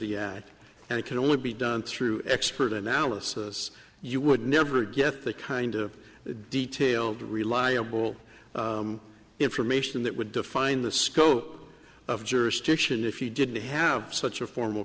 the act and it can only be done through expert analysis you would never get the kind of detailed reliable information that would define the scope of jurisdiction if you didn't have such a formal